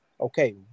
okay